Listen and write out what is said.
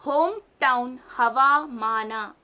home town ಹವಾಮಾನ